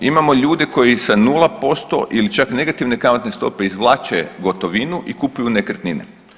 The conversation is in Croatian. Imamo ljude koji sa 0% ili čak negativne kamatne stope izvlače gotovinu i kupuju nekretnine.